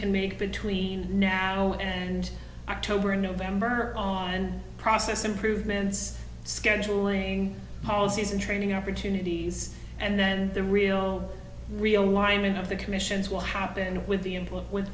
can make between now and october november on and process improvements scheduling policies and training opportunities and then the real real unwinding of the commissions will happen with the